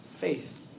faith